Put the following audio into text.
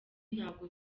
ntabwo